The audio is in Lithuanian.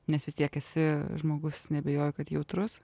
nes vis tiek esi žmogus neabejoju kad jautrus